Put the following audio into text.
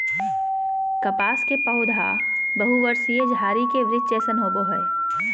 कपास के पौधा बहुवर्षीय झारी के वृक्ष जैसन होबो हइ